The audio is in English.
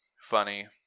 funny